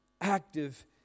active